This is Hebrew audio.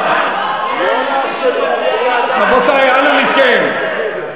רבותי, אנא מכם.